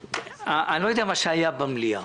אני לא יודע מה היה במליאה.